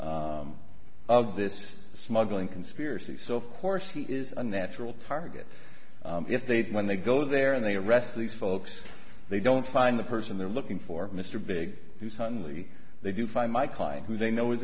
beneficiary of this smuggling conspiracy so of course he is a natural target if they when they go there and they arrest these folks they don't find the person they're looking for mr big who suddenly they do find my client who they know